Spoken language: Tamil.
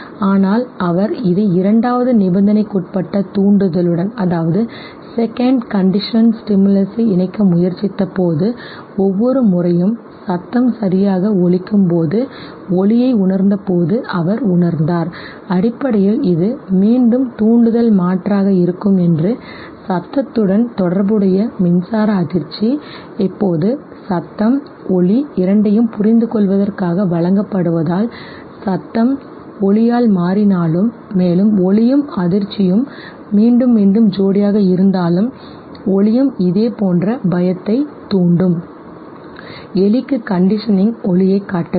ஆனால் அவர் இதை இரண்டாவது நிபந்தனைக்குட்பட்ட தூண்டுதலுடன் இணைக்க முயற்சித்தபோது ஒவ்வொரு முறையும் சத்தம் சரியாக ஒலிக்கும் போது ஒளியை உணர்ந்தபோது அவர் உணர்ந்தார் அடிப்படையில் இது மீண்டும் தூண்டுதல் மாற்றாக இருக்கும் என்று சத்ததுடன் தொடர்புடைய மின்சார அதிர்ச்சி இப்போது சத்தம் ஒளி இரண்டையும் புரிந்துகொள்வதற்காக வழங்கப்படுவதால் சத்தம் ஒளியால் மாறினாலும் மேலும் ஒளியும் அதிர்ச்சியும் மீண்டும் மீண்டும் ஜோடியாக இருந்தாலும் ஒளியும் இதேபோன்ற பயத்தைத் தூண்டும் எலிக்கு கண்டிஷனிங் ஒளியைக் காட்டவில்லை